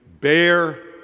bear